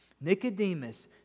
Nicodemus